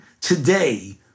today